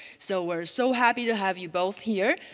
so we're so happy to have you both here.